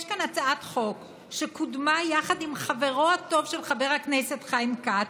יש כאן הצעת חוק שקודמה יחד עם חברו הטוב של חבר הכנסת חיים כץ,